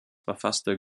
verfasste